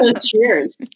Cheers